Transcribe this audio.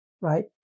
right